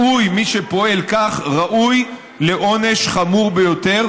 מי שפועל כך ראוי לעונש חמור ביותר,